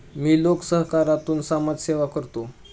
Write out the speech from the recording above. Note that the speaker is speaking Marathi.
मी लोकसहकारातून समाजसेवा करतो